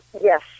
yes